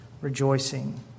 rejoicing